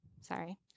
Sorry